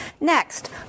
Next